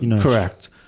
correct